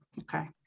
Okay